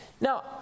Now